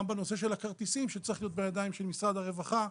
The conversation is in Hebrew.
גם בנושא של הכרטיסים שצריך להיות בידיים של משרד הרווחה,